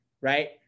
right